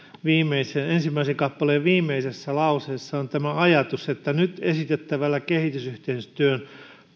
ensimmäisen kappaleen viimeisessä lauseessa on tämä ajatus että nyt esitettävällä kehitysyhteistyöhön